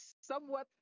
somewhat